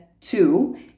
two